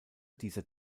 dieser